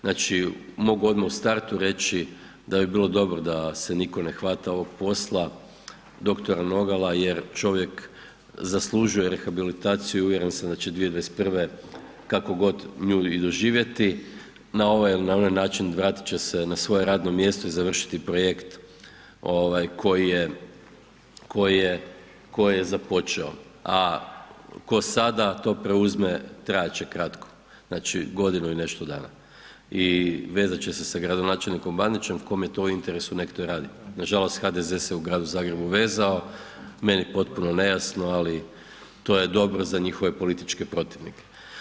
Znači mogu odma u startu reći da bi bilo dobro da se niko ne hvata ovog posla dr. Nogala jer čovjek zaslužuje rehabilitaciju, uvjeren sam da će 2021. kako god nju i doživjeti, na ovaj ili onaj način vratit će se na svoje radno mjesto i završiti projekt ovaj koji je, koji je, koji je započeo, a ko sada to preuzme trajat će kratko, znači godinu i nešto dana i vezat će se sa gradonačelnikom Bandićem, kome je to u interesu nek to i radi, nažalost HDZ se u Gradu Zagrebu vezao, meni potpuno nejasno, ali to je dobro za njihove političke protivnike.